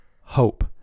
hope